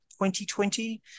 2020